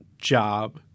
job